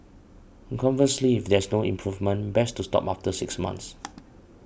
conversely if there is no improvement best to stop after six months